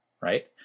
right